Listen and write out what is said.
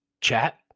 chat